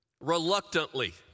Reluctantly